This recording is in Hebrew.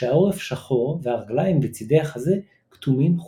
כשהעורף שחור והרגליים וצידי החזה כתומים-חומים.